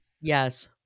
Yes